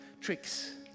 tricks